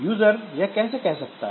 user यह कैसे कह सकता है